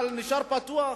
אבל נשאר פתוח.